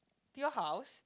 your house